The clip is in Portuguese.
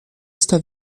está